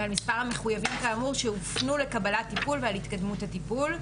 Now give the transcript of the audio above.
ועל מספר המחויבים כאמור שהופנו לקבלת טיפול ועל התקדמות הטיפול.